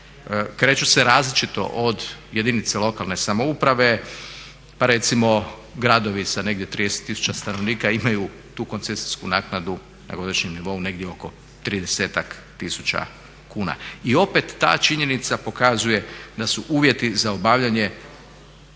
kreću se različito od jedinice lokalne samouprave pa recimo gradovi sa negdje 30 tisuća stanovnika imaju tu koncesijsku naknadu na godišnjem nivou negdje oko 30-ak tisuća kuna. I opet ta činjenica pokazuje da uvjeti za obavljanje